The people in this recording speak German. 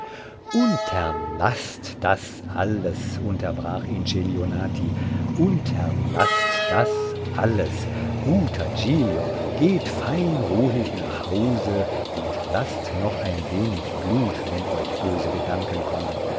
unterlaßt das alles unterbrach ihn celionati unterlaßt das alles guter giglio geht fein ruhig nach hause und laßt noch ein wenig blut wenn euch böse gedanken kommen